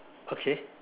okay